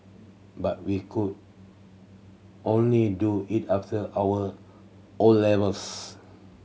but we could only do it after our O levels